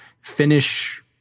finish